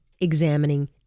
examining